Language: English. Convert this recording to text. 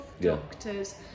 doctors